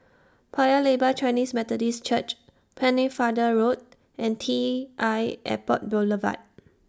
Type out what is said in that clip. Paya Lebar Chinese Methodist Church Pennefather Road and T I Airport Boulevard